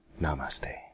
Namaste